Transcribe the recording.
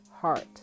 heart